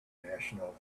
national